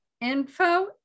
info